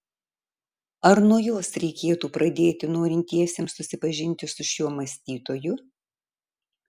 ar nuo jos reikėtų pradėti norintiesiems susipažinti su šiuo mąstytoju